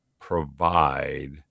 provide